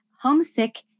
Homesick